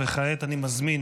כעת אני מזמין